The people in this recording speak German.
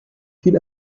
viel